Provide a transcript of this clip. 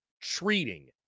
treating